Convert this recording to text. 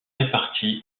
répartis